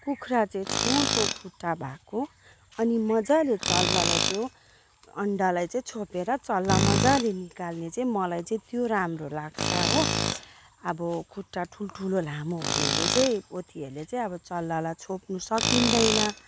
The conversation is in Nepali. कुखुरा चाहिँ छोटो खुट्टा भएको अनि मजाले चल्लालाई जो अन्डालाई चाहिँ छोपेर चल्ला मजाले निकाल्ने चाहिँ मलाई चाहिँ त्यो राम्रो लाग्छ हो अब खुट्टा ठुल्ठुलो लामो हुनेले चाहिँ पोथीहरूले चाहिँ अब चल्लालाई छोप्नु सकिँदैन